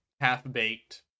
half-baked